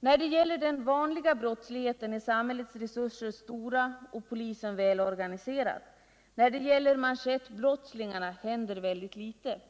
När det gäller den vanliga brottsligheten är samhällets resurser stora och polisen välorganiserad. När det gäller manschettbrottslingarna händer väldigt litet.